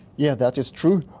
yeah that is true.